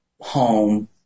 home